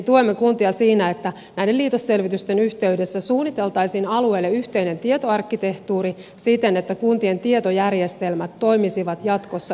tuemme kuntia siinä että näiden liitosselvitysten yhteydessä suunniteltaisiin alueelle yhteinen tietoarkkitehtuuri siten että kuntien tietojärjestelmät toimisivat jatkossa yhteen